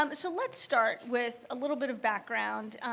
um but so let's start with a little bit of background,